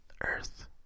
Earth